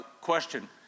question